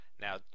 Now